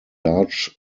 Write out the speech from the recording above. large